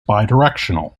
bidirectional